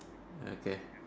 okay